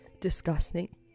disgusting